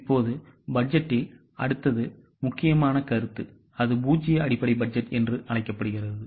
இப்போது பட்ஜெட்டில் அடுத்த முக்கியமான கருத்து அது பூஜ்ஜிய அடிப்படை பட்ஜெட் என்று அழைக்கப்படுகிறது